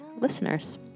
listeners